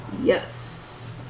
Yes